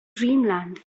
dreamland